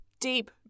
deep